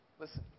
Listen